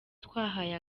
twahaye